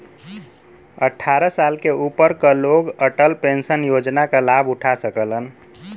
अट्ठारह साल से ऊपर क लोग अटल पेंशन योजना क लाभ उठा सकलन